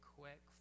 quick